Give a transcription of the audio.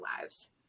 lives